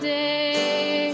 day